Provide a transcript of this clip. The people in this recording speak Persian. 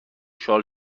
شاد